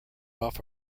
off